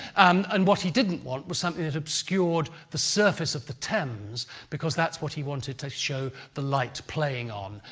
um and what he didn't want was something that obscured the surface of the thames because that's what he wanted to show the light playing on.